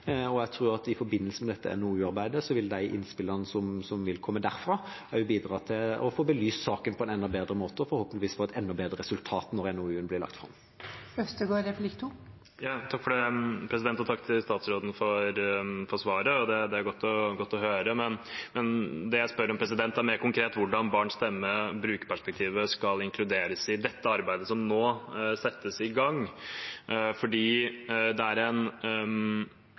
og jeg tror at i forbindelse med dette NOU-arbeidet vil de innspillene som vil komme derfra, bidra til å få belyst saken på en enda bedre måte, og vi vil forhåpentligvis få et enda bedre resultat når NOU-en blir lagt fram. Takk til statsråden for svaret. Det er godt å høre, men det jeg spør om, er mer konkret hvordan barns stemme, brukerperspektivet, skal inkluderes i dette arbeidet som nå settes i gang, for det er en